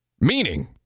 Meaning